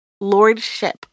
Lordship